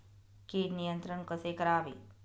कीड नियंत्रण कसे करावे?